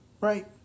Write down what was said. Right